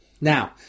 Now